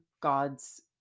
God's